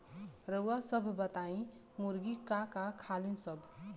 रउआ सभ बताई मुर्गी का का खालीन सब?